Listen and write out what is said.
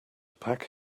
pack